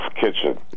Kitchen